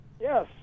Yes